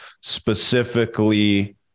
specifically